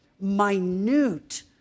minute